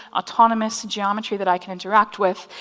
autonomous geometry that i can interact with,